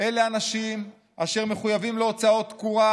אלה אנשים אשר מחויבים להוצאות תקורה,